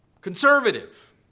Conservative